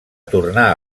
tornar